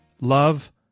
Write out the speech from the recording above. love